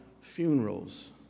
funerals